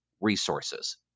resources